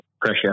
pressure